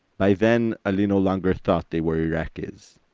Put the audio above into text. by then, ali no longer thought they were iraqis.